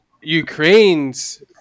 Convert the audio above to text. Ukraine's